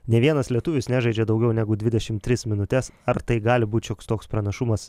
nė vienas lietuvis nežaidžia daugiau negu dvidešim tris minutes ar tai gali būt šioks toks pranašumas